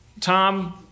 Tom